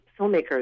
filmmakers